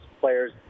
players